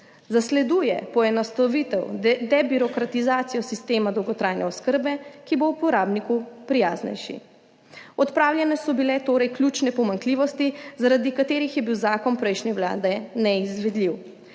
Zasleduje poenostavitev, debirokratizacijo sistema dolgotrajne oskrbe, ki bo uporabniku prijaznejši. Odpravljene so bile torej ključne pomanjkljivosti, zaradi katerih je bil zakon prejšnje Vlade neizvedljiv.